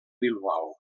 bilbao